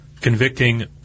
convicting